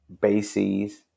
bases